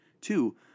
Two